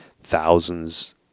thousands